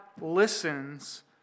listens